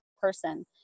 person